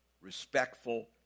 respectful